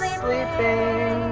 sleeping